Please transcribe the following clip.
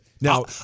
Now